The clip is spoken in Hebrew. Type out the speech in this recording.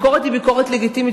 ביקורת היא ביקורת לגיטימית.